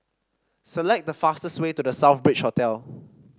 select the fastest way to The Southbridge Hotel